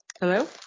Hello